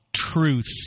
truth